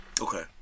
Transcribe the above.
Okay